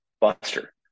Buster